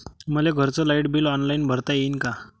मले घरचं light bill online भरता येईन का?